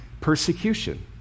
persecution